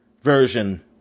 version